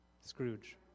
Scrooge